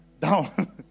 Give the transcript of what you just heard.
Down